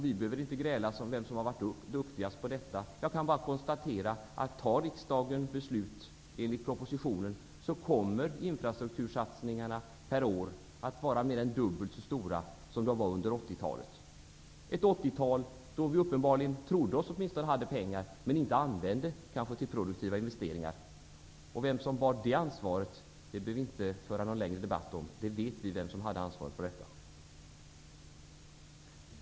Vi behöver inte gräla om vem som har varit duktigast på detta. Jag kan bara konstatera att infrastruktursatsningarna per år, om riksdagen fattar beslut enligt propositionen, kommer att vara mer än dubbelt så stora som de var under 80-talet -- ett 80-tal då vi uppenbarligen åtminstone trodde oss ha pengar men som vi inte använde till produktiva investeringar. Vem som bar det ansvaret behöver vi inte föra någon längre debatt om. Vi vet vem som hade ansvaret för detta.